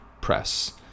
press